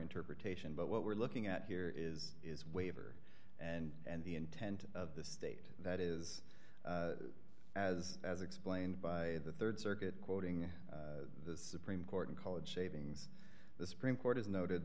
interpretation but what we're looking at here is is waiver and the intent of the state that is as as explained by the rd circuit quoting the supreme court in college savings the supreme court has noted